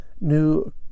new